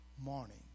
morning